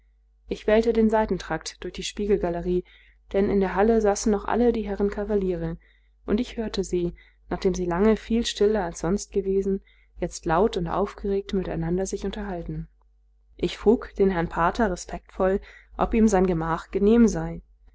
ich wählte den seitentrakt durch die spiegelgalerie denn in der halle saßen noch alle die herren kavaliere und ich hörte sie nachdem sie lange viel stiller als sonst gewesen jetzt laut und aufgeregt miteinander sich unterhalten ich frug den herrn pater respektvoll ob ihm sein gemach genehm sei